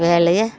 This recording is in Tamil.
வேலையை